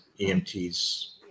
EMT's